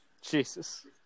Jesus